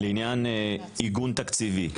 לעניין עיגון תקציבי.